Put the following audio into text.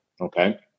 Okay